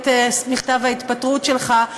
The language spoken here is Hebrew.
את מכתב ההתפטרות שלך,